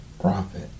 profit